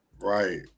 right